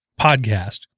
podcast